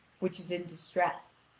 which is in distress.